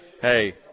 hey